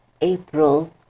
April